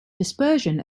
dispersion